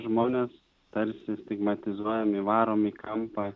žmones tarsi stigmatizuojam įvarom į kampą